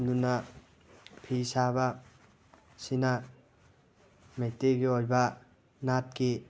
ꯑꯗꯨꯅ ꯐꯤ ꯁꯥꯕ ꯁꯤꯅ ꯃꯩꯇꯩꯒꯤ ꯑꯣꯏꯕ ꯅꯥꯠꯀꯤ